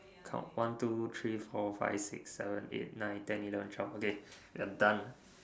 count one two three four five six seven eight nine ten eleven twelve okay I'm done ah